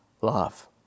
love